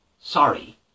sorry